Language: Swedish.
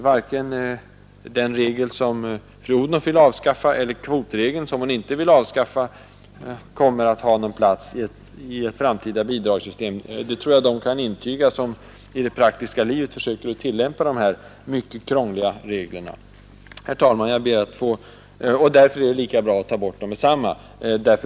Varken den regel som fru Odhnoff vill avskaffa eller kvotregeln, som hon inte vill avskaffa, kommer att ha någon plats i det framtida bidragssystemet. Det tror jag de kan intyga som i det praktiska livet försöker att tillämpa dessa mycket krångliga regler. Därför är det lika bra att ta bort dem med detsamma.